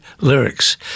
lyrics